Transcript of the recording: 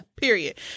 period